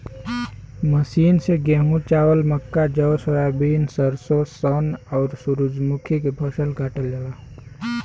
machine से गेंहू, चावल, मक्का, जौ, सोयाबीन, सरसों, सन, आउर सूरजमुखी के फसल काटल जाला